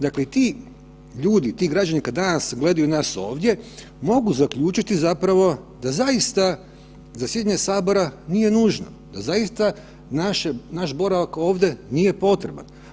Dakle, i ti ljudi, ti građani kad danas gledaju nas ovdje mogu zaključiti zapravo da zaista zasjedanje sabora nije nužno, da zaista naše, naš boravak ovdje nije potreban.